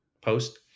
post